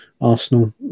Arsenal